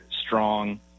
strong